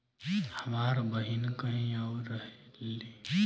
हमार बहिन कहीं और रहेली